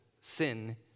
sin